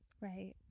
right